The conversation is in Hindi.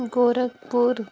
गोरखपुर